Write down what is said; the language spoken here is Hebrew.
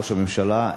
ראש הממשלה,